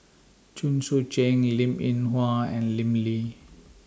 Chen Sucheng Linn in Hua and Lim Lee